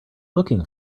looking